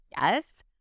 yes